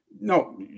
No